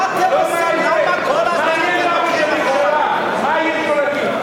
מעניין מה ראש הממשלה, מה יש לו להגיד.